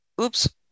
oops